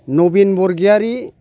Nabin Borgoyary